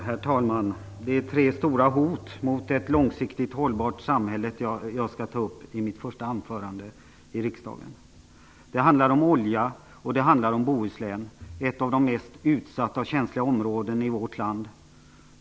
Herr talman! Jag skall ta upp tre stora hot mot ett långsiktigt hållbart samhälle i mitt första anförande i riksdagen. Det handlar om olja, och det handlar om Bohuslän - ett av de mest utsatta och känsliga områdena i vårt land.